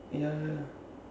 ya